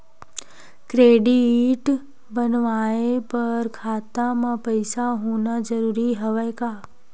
Credit बनवाय बर खाता म पईसा होना जरूरी हवय का?